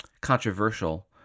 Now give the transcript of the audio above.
controversial